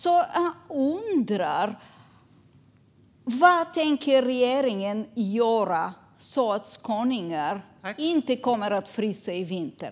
Jag undrar därför: Vad tänker regeringen göra för att skåningar inte ska frysa i vinter?